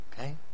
Okay